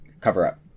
cover-up